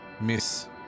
Miss